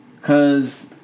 Cause